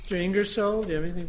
stranger sold everything